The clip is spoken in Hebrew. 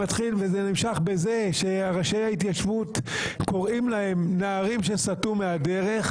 וזה ממשיך בכך שראשי ההתיישבות קוראים להם נערים שסטו מהדרך